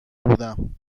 بودم